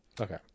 Okay